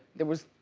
there was